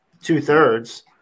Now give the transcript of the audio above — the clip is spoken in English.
two-thirds